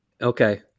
Okay